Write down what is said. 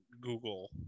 Google